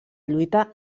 lluita